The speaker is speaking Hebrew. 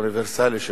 אוניברסלי.